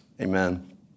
Amen